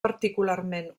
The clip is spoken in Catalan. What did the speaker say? particularment